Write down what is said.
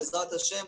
בעזרת השם,